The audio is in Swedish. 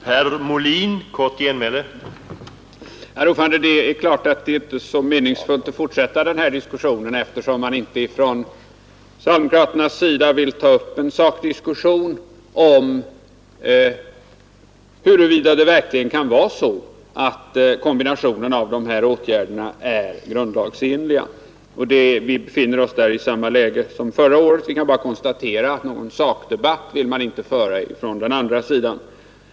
Herr talman! Det är klart att det inte är särskilt meningsfullt att fortsätta diskussionen, eftersom man på den socialdemokratiska sidan inte vill ta upp en saklig debatt om huruvida det verkligen kan vara så, att kombinationen av dessa åtgärder är grundlagsenlig. Vi befinner oss där i samma läge som vi gjorde förra året: vi kan bara konstatera att någon sakdebatt vill man på den andra sidan inte föra.